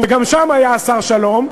וגם שם היה השר שלום,